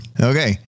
Okay